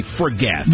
forget